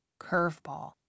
Curveball